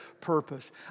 purpose